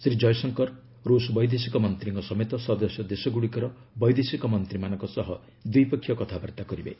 ଶ୍ରୀ ଜୟଶଙ୍କର ରୁଷ୍ ବୈଦେଶିକ ମନ୍ତ୍ରୀଙ୍କ ସମେତ ସଦସ୍ୟ ଦେଶଗୁଡ଼ିକର ବୈଦେଶିକ ମନ୍ତ୍ରୀମାନଙ୍କ ସହ ଦ୍ୱିପକ୍ଷୀୟ କଥାବାର୍ତ୍ତା କରିବେ